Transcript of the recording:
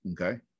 okay